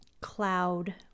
cloud